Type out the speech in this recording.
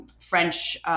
French